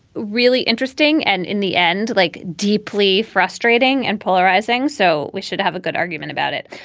really interesting and in the end, like deeply frustrating and polarizing so we should have a good argument about it.